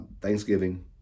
thanksgiving